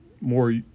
more